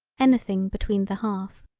anything between the half.